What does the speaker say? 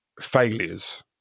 failures